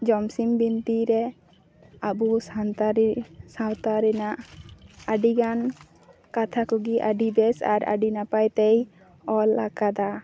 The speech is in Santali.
ᱡᱚᱢᱥᱤᱢ ᱵᱤᱱᱛᱤ ᱨᱮ ᱟᱵᱚ ᱥᱟᱱᱛᱟᱲᱤ ᱥᱟᱶᱛᱟ ᱨᱮᱱᱟᱜ ᱟᱹᱰᱤᱜᱟᱱ ᱠᱟᱛᱷᱟ ᱠᱚᱜᱮ ᱟᱹᱰᱤ ᱵᱮᱥ ᱟᱨ ᱟᱹᱰᱤ ᱱᱟᱯᱟᱭᱛᱮᱭ ᱚᱞ ᱟᱠᱟᱫᱟ